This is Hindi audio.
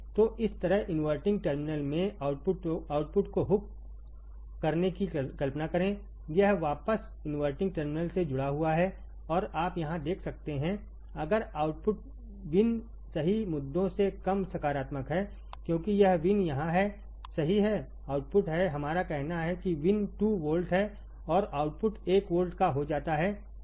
तो इस तरह इनवर्टिंग टर्मिनल में आउटपुट को हुक करने की कल्पना करें यह वापस इनवर्टिंग टर्मिनल से जुड़ा हुआ है और आप यहां देख सकते हैं अगर आउटपुट Vin सही मुद्दों से कम सकारात्मक है क्योंकि यह Vin यहाँ है सही है आउटपुट है हमारा कहना है कि Vin 2 वोल्ट है और आउटपुट 1 वोल्ट का हो जाता है